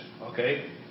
okay